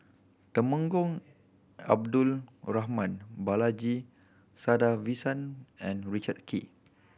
Temenggong Abdul Rahman Balaji Sadasivan and Richard Kee